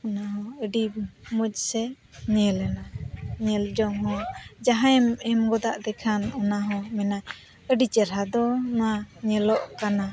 ᱚᱱᱟᱦᱚᱸ ᱟᱹᱰᱤ ᱢᱚᱡᱽ ᱥᱮ ᱧᱮᱞᱮᱱᱟ ᱧᱮᱞᱡᱚᱝ ᱦᱚᱸ ᱡᱟᱦᱟᱸᱭᱮᱢ ᱮᱢᱜᱚᱫ ᱟᱫᱮᱠᱷᱟᱱ ᱚᱱᱟᱦᱚᱸ ᱢᱮᱱᱟ ᱟᱹᱰᱤ ᱪᱮᱨᱦᱟ ᱫᱚ ᱢᱟ ᱧᱮᱞᱚᱜ ᱠᱟᱱᱟ